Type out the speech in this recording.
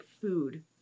food